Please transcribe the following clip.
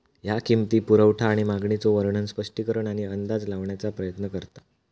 ह्या किंमती, पुरवठा आणि मागणीचो वर्णन, स्पष्टीकरण आणि अंदाज लावण्याचा प्रयत्न करता